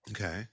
okay